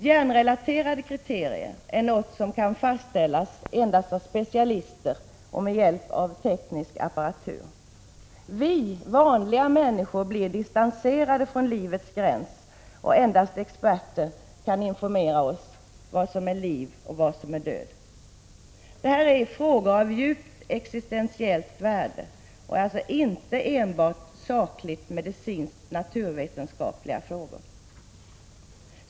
Hjärnrelaterade kriterier är något som kan fastställas endast av specialister och med hjälp av teknisk apparatur. Vi vanliga människor blir distanserade från livets gräns, och endast experter kan informera oss om vad som är liv och vad som är död. Detta är frågor av djupt existentiellt värde och alltså inte enbart sakligt medicinsk-naturvetenskapliga frågor.